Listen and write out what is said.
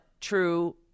true